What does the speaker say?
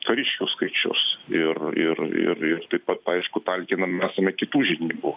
kariškių skaičius ir ir ir ir taip pat aišku talkinami esame kitų žinybų